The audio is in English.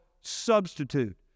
substitute